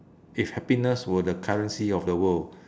if happiness were the currency of the world